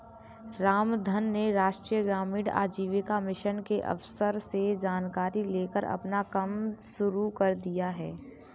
रामधन ने राष्ट्रीय ग्रामीण आजीविका मिशन के अफसर से जानकारी लेकर अपना कम शुरू कर दिया है